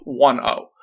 1-0